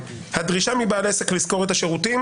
הדרישה מבעל עסק לשכור את השירותים,